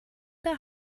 der